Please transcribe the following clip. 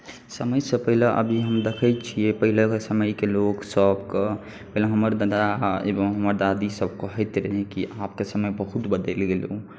समयसँ पहिले अभी हम देखै छियै पहिलेके समयके लोकसभकेँ पहिले हमर दादा एवम हमर दादीसभ कहैत रहै कि आब तऽ समय बहुत बदलि गेलहु